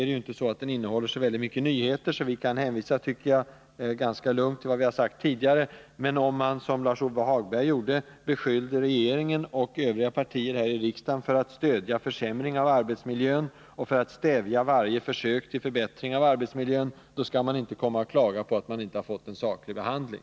Den innehåller ju inte så väldigt mycket nyheter, och jag tycker därför att vi ganska lugnt kan hänvisa till vad vi har sagt tidigare. Men om man beskyller regeringspartierna och socialdemokraterna för att här i riksdagen stödja försämringar av arbetsmiljön och stävja varje försök till förbättringar av arbetsmiljön, som Lars-Ove Hagberg gjorde, då skall man inte komma och klaga på att ens förslag inte har fått en saklig behandling.